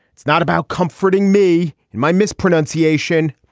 it's not about comforting me and my mispronunciation.